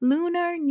Lunar